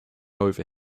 over